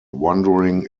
wondering